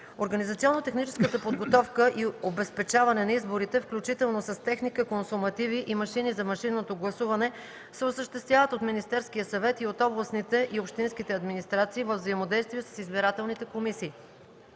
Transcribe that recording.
Организационно-техническата подготовка и обезпечаване на изборите, включително с техника, консумативи и машини за машинното гласуване, се осъществяват от Министерския съвет и от областните и общинските администрации във взаимодействие с избирателните комисии.